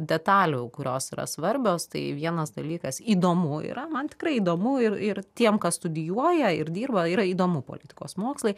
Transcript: detalių kurios yra svarbios tai vienas dalykas įdomu yra man tikrai įdomu ir ir tiem kas studijuoja ir dirba yra įdomu politikos mokslai